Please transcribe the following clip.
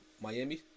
Miami